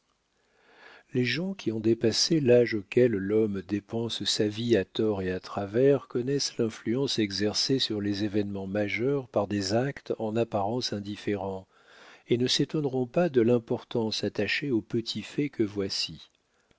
les gens qui ont dépassé l'âge auquel l'homme dépense sa vie à tort et à travers connaissent l'influence exercée sur les événements majeurs par des actes en apparence indifférents et ne s'étonneront pas de l'importance attachée au petit fait que voici